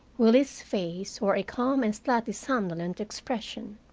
willie's face wore a calm and slightly somnolent expression.